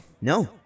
No